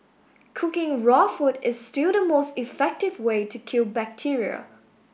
cooking raw food is still the most effective way to kill bacteria